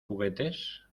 juguetes